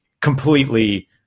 completely